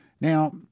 Now